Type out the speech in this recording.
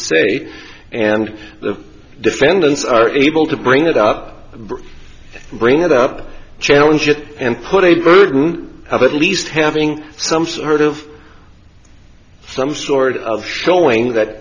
say and the defendants are able to bring it up bring it up challenge it and put a burden of at least having some heard of some sort of showing that